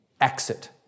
exit